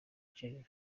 gervais